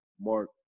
Mark